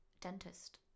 Dentist